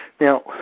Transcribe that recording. Now